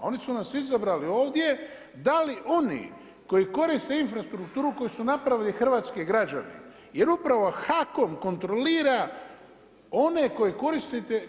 A oni su nas izabrali ovdje da li oni koji koriste infrastrukturu koju su napravili hrvatski građani jer upravo HAKOM kontrolira one